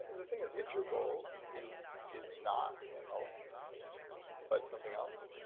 the thing is if your goal is is not health but something else,